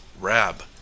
Rab